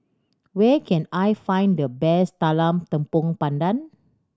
where can I find the best talam tepong pandan